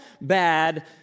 bad